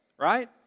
Right